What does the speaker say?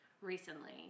recently